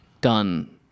done